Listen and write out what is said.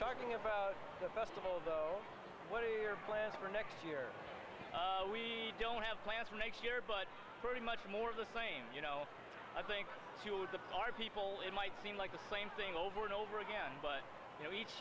talking about the festival though what are your plans for next year we don't have plans for next year but pretty much more of the same you know i think the p r people it might seem like the same thing over and over again but you know each